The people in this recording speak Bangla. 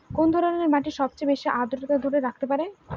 কোন ধরনের মাটি সবচেয়ে বেশি আর্দ্রতা ধরে রাখতে পারে?